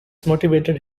motivated